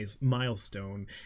milestone